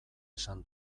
esan